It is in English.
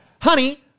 honey